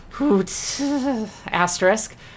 asterisk